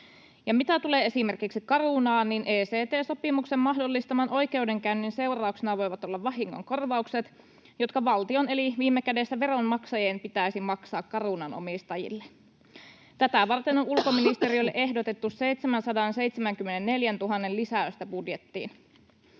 mitä tulee esimerkiksi Carunaan, niin ECT-sopimuksen mahdollistaman oikeudenkäynnin seurauksena voivat olla vahingonkorvaukset, jotka valtion eli viime kädessä veronmaksajien pitäisi maksaa Carunan omistajille. Tätä varten on ulkoministeriölle ehdotettu 774 000:n lisäystä budjettiin.